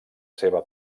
seva